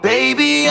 Baby